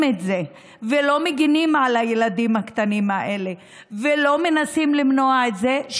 את זה ולא מגינים על הילדים הקטנים האלה ולא מנסים למנוע את זה,